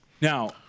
now